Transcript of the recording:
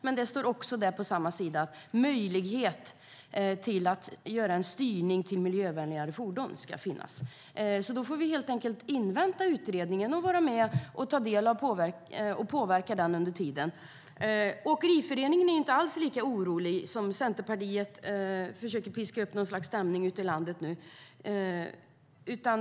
Men på samma sida står det också att det ska finnas möjlighet att göra en styrning till miljövänligare fordon. Vi får helt enkelt invänta utredningen och vara med och påverka den under tiden. Åkeriförbundet är inte alls lika oroligt som den stämning som Centerpartiet nu försöker piska upp ute i landet.